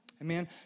Amen